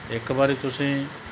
ਇੱਕ ਵਾਰੀ ਤੁਸੀਂ